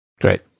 Great